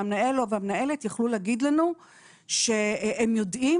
והמנהל או המנהלת יכלו להגיד לנו שהם יודעים